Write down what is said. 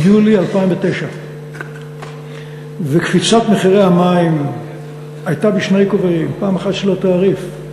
ביולי 2009. קפיצת מחירי המים הייתה בשני כובעים: פעם אחת של התעריף,